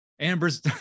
Amber's